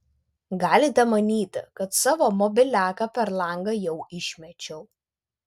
galite manyti kad savo mobiliaką per langą jau išmečiau